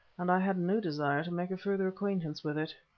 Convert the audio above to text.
and i had no desire to make a further acquaintance with it.